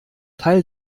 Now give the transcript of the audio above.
teil